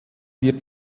wird